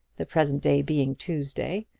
the present day being tuesday,